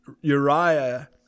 Uriah